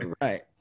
Right